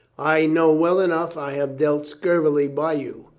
i know well enough i have dealt scurvily by you.